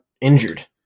injured